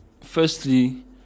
firstly